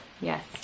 yes